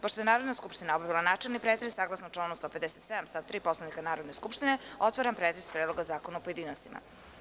Pošto je Narodna skupština obavila načelni pretres, saglasno članu 157. stav 3. Poslovnika Narodne skupštine, otvaram pretres Predloga zakona u pojedinostima.